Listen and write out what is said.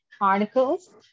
articles